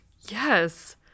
Yes